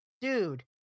dude